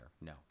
No